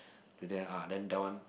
to there ah then that one